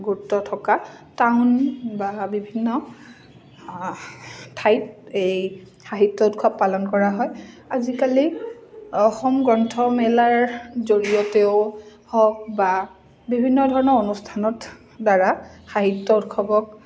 গুৰুত্ব থকা টাউন বা বিভিন্ন ঠাইত এই সাহিত্য উৎসৱ পালন কৰা হয় আজিকালি অসম গ্ৰন্থ মেলাৰ জৰিয়তেও হওক বা বিভিন্ন ধৰণৰ অনুষ্ঠানৰ দ্বাৰা সাহিত্য উৎসৱক